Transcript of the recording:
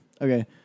Okay